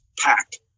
packed